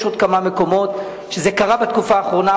יש עוד כמה מקומות שזה קרה בהם בתקופה האחרונה,